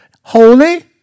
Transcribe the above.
Holy